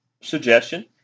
suggestion